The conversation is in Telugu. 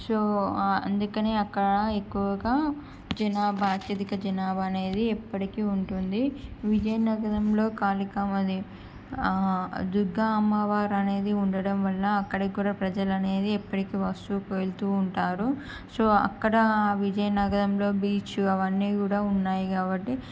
సో అందుకనే అక్కడ ఎక్కువగా జనాభా అత్యధిక జనాభా అనేది ఎప్పడికీ ఉంటుంది విజయనగరంలో కాళికమ్మ దేవి దుర్గా అమ్మవారు అనేది ఉండడం వల్ల అక్కడికి కూడా ప్రజలనేది ఎప్పడికీ వస్తూ వెళ్తూ ఉంటారు సో అక్కడ విజయనగరంలో బీచ్ అవన్నీ కూడా ఉన్నాయి కాబట్టి